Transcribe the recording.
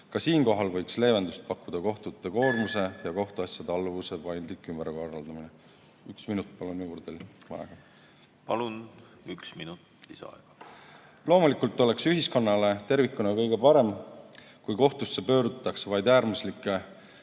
Ka siinkohal võiks leevendust pakkuda kohtute koormuse ja kohtuasjade alluvuse paindlik ümberkorraldamine. Palun ühe minuti aega juurde. Palun, üks minut lisaaega! Loomulikult oleks ühiskonnale tervikuna kõige parem, kui kohtusse pöördutaks vaid äärmuslike